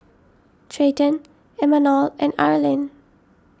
Treyton Imanol and Arlyn